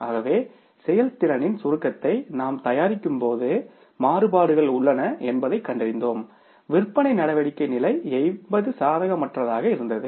ஆகவே செயல்திறனின் சுருக்கத்தை நாம் தயாரிக்கும்போது மாறுபாடுகள் உள்ளன என்பதைக் கண்டறிந்தோம் விற்பனை நடவடிக்கை நிலை 80 சாதகமற்றதாக இருந்தது